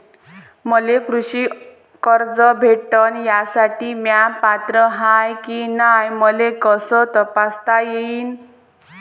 मले कृषी कर्ज भेटन यासाठी म्या पात्र हाय की नाय मले कस तपासता येईन?